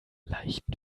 leichten